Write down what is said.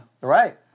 Right